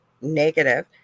negative